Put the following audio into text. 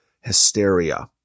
hysteria